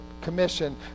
Commission